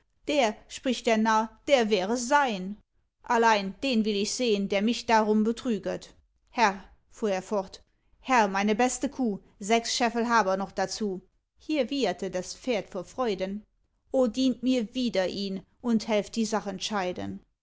der spricht der narr der wäre sein allein den will ich sehn der mich darum betrüget herr fuhr er fort herr meine beste kuh sechs scheffel haber noch dazu hier wieherte das pferd vor freuden o dient mir wider ihn und helft die sach